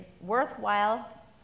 worthwhile